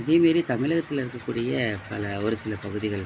இதே மாரி தமிழகத்துல இருக்கக்கூடிய பல ஒரு சில பகுதிகள்